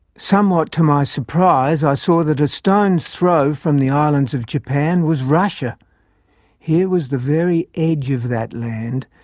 somewhat to my surprise i saw that a stone's throw from the islands of japan was russia here was the very edge of that land,